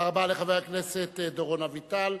תודה רבה לחבר הכנסת דורון אביטל.